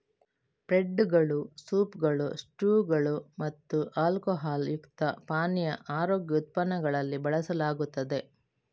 ಬ್ರೆಡ್ದುಗಳು, ಸೂಪ್ಗಳು, ಸ್ಟ್ಯೂಗಳು ಮತ್ತು ಆಲ್ಕೊಹಾಲ್ ಯುಕ್ತ ಪಾನೀಯ ಆರೋಗ್ಯ ಉತ್ಪನ್ನಗಳಲ್ಲಿ ಬಳಸಲಾಗುತ್ತದೆ